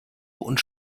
und